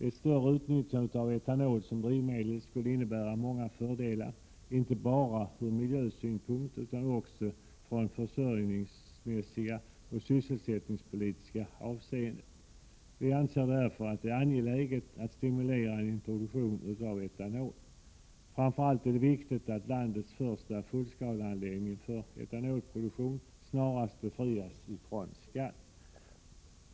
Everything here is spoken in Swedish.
Ett större utnyttjande av etanol som drivmedel skulle innebära många fördelar inte bara från miljösynpunkt utan också i försörjningsmässiga och sysselsättningspolitiska avseenden. Vi anser därför att det är angeläget att stimulera en introduktion av etanol. Framför allt är det viktigt att landets första fullskaleanläggning för etanolproduktion snarast befrias från skatt.